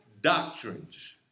doctrines